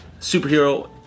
superhero